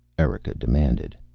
erika demanded.